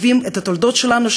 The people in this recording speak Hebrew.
וכותבים את התולדות שלנו,